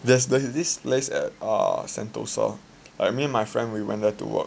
there's there's this place at Sentosa I mean me and my friend we went there to work